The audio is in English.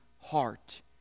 heart